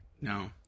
No